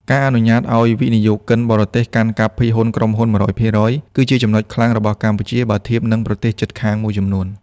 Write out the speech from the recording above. ការអនុញ្ញាតឱ្យវិនិយោគិនបរទេសកាន់កាប់ភាគហ៊ុនក្រុមហ៊ុន ១០០% គឺជាចំណុចខ្លាំងរបស់កម្ពុជាបើធៀបនឹងប្រទេសជិតខាងមួយចំនួន។